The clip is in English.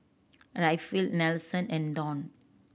Rayfield Nelson and Donn